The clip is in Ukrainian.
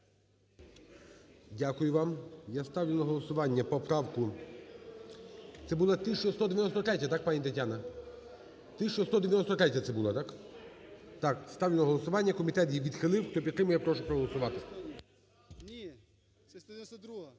Дякую вам. Я ставлю на голосування поправку. Це була 1193, так, пані Тетяна? 1193 це була, так? Ставлю на голосування, комітет її відхилив, хто підтримує, я прошу проголосувати. 18:00:06